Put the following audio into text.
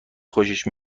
خوشش